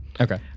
Okay